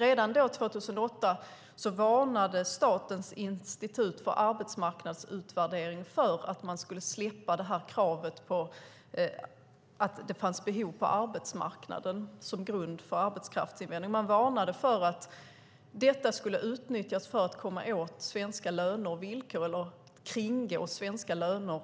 Redan 2008 varnade statens institut för arbetsmarknadsutvärdering för att man skulle slippa det här kravet på att det skulle finnas behov på arbetsmarknaden som grund för arbetskraftsinvandring. Man varnade för att detta skulle utnyttjas för att kringgå svenska löner